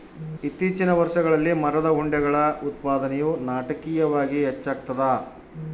ಇತ್ತೀಚಿನ ವರ್ಷಗಳಲ್ಲಿ ಮರದ ಉಂಡೆಗಳ ಉತ್ಪಾದನೆಯು ನಾಟಕೀಯವಾಗಿ ಹೆಚ್ಚಾಗ್ತದ